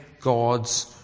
God's